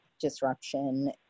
disruption